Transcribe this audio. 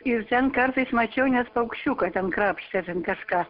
ir ten kartais mačiau net paukščiuką ten krapštė ten kažką